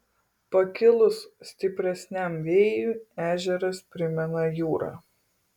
pakilus stipresniam vėjui ežeras primena jūrą